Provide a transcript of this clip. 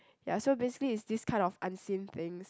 ya so basically it's this kind of unseen things